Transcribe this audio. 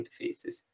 interfaces